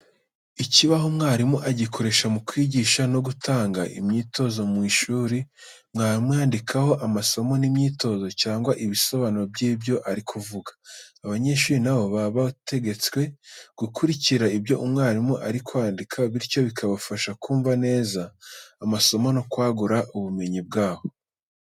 Ikibaho mwarimu agikoresha mu kwigisha no gutanga imyitozo mu ishuri. Mwarimu yandikaho amasomo n'imyitozo, cyangwa ibisobanuro byibyo ari kuvuga. Abanyeshuri na bo baba bategetswe gukurikira ibyo umwarimu ari kwandika bityo bikabafasha kumva neza amasomo no kwagura ubumenyi bwabo.